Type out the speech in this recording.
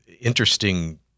interesting